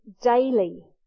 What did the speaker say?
daily